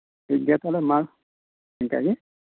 ᱴᱷᱤᱠ ᱜᱮᱭᱟ ᱛᱟᱦᱞᱮ ᱢᱟ ᱚᱱᱠᱟᱜᱮ